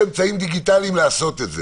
ואמצעים דיגיטליים לעשות את זה.